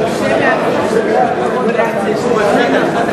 התש"ע 2010,